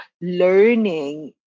learning